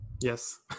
yes